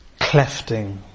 clefting